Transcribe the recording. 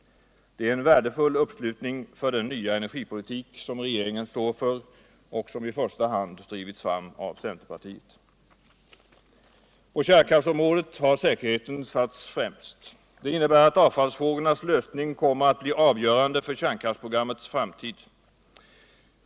Det är en värdefull uppslutning för den nya energipolitik som regeringen står för och som i första hand drivits fram av centerpartiet. På kärnkraftsområdet har säkerheten satts främst. Det innebär utt avfallsfrågornas lösning kommer att bli avgörande för kärnkraftsprogrammets framtid.